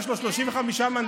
יש לו 35 מנדטים.